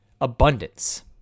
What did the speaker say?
abundance